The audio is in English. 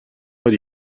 what